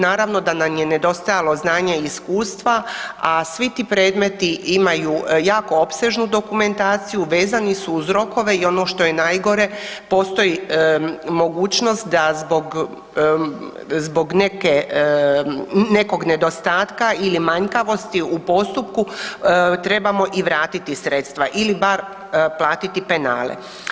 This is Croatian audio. Naravno da nam je nedostajalo znanja i iskustva, a svi ti predmeti imaju jako opsežnu dokumentaciju, vezani su uz rokove i ono što je najgore, postoji mogućnost da zbog neke, nekog nedostatka ili manjkavosti u postupku trebamo i vratiti sredstva ili bar platiti penale.